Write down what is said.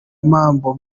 mambo